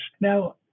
Now